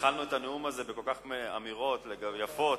התחלנו את הנאום הזה בכל כך הרבה אמירות יפות